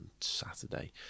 Saturday